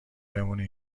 بمونه